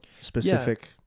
specific